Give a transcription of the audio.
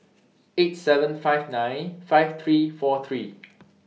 eight seven five nine five three four three